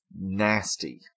nasty